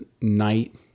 night